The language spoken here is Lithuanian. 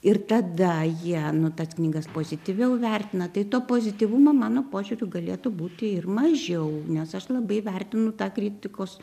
ir tada jie nu tas knygas pozityviau vertina tai to pozityvumo mano požiūriu galėtų būti ir mažiau nes aš labai vertinu tą kritikos